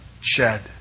shed